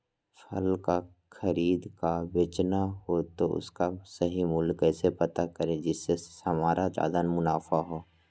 फल का खरीद का बेचना हो तो उसका सही मूल्य कैसे पता करें जिससे हमारा ज्याद मुनाफा हो?